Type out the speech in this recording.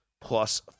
plus